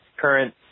current